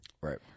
Right